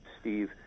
Steve